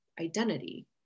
identity